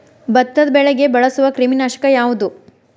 ಭತ್ತದ ಬೆಳೆಗೆ ಬಳಸುವ ಕ್ರಿಮಿ ನಾಶಕ ಯಾವುದು?